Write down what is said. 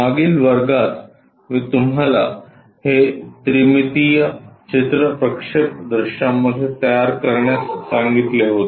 मागील वर्गात मी तुम्हाला हे त्रिमितीय चित्र प्रक्षेप दृश्यामध्ये तयार करण्यास सांगितले होते